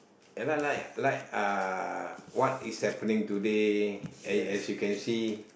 ya lah like like uh what is happening today as as you can see